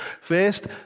First